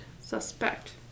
suspect